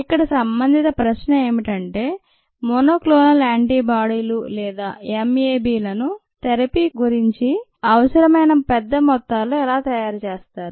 ఇక్కడ సంబంధిత ప్రశ్న ఏమిటంటే మోనోక్లోనల్ యాంటీబాడీలు లేదా MAbలని థెరపీ కొరకు అవసరమైన పెద్ద మొత్తాలలో ఎలా తయారు చేస్తారు